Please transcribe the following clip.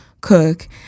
cook